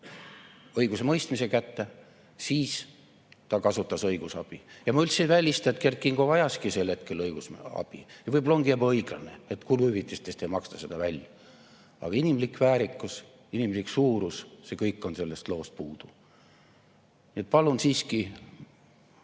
õigusemõistmise kätte, siis ta kasutas õigusabi. Ja ma üldse ei välista, et Kert Kingo vajaski sel hetkel õigusabi, ja võib-olla ongi ebaõiglane, et kuluhüvitiste eest ei maksta seda välja. Aga inimlik väärikus, inimlik suurus – see kõik on sellest loost puudu. Nii et palun siiski